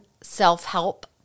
self-help